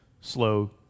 slow